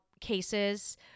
cases